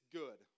good